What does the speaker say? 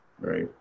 Right